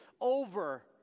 over